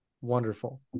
wonderful